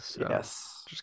Yes